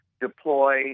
deploy